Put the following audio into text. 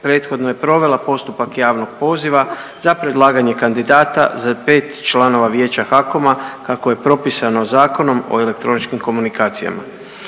prethodno je provela postupak javnog poziva za predlaganje kandidata za 5 članova vijeća HAKOM-a kako je propisano Zakonom o elektroničkim komunikacijama.